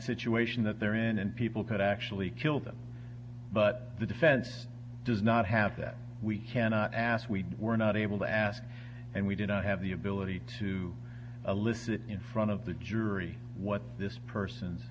situation that they're in and people could actually kill them but the defense does not have that we cannot ask we were not able to ask and we did not have the ability to elicit in front of the jury what this person's